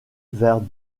vers